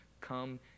come